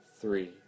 Three